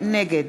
נגד